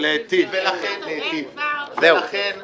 לכן נעלה דברים